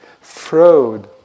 fraud